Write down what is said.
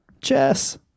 Chess